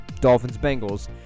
Dolphins-Bengals